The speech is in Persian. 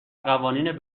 قوانین